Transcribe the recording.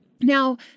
now